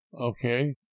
Okay